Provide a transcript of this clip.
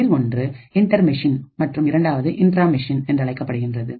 அதில் ஒன்று inter machine மற்றும் இரண்டாவது இன்ட்ரா மிஷின் என்றழைக்கப்படுகின்றது